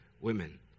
women